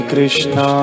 Krishna